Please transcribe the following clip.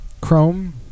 Chrome